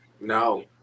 no